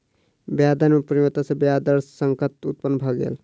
ब्याज दर में परिवर्तन सॅ ब्याज दर संकट उत्पन्न भ गेल